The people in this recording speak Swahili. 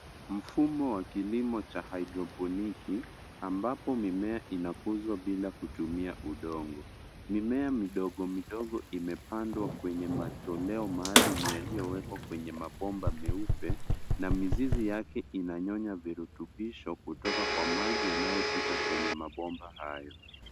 Mfumo wa kilimo cha haidroponiki ambapo mimea inakuzwa bila kutumia udongo. Mimea midogo midogo imepandwa kwenye matoleo maalum yaliyowekwa kwenye mabomba meupe na mizizi yake inanyonya virutubisho kutoka kwa maji yanayopita kwenye mabomba hayo.